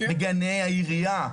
אנחנו רואים את זה גם בגני עירייה,